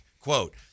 Quote